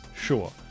sure